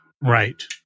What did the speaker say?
right